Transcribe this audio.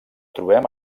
trobem